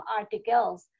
articles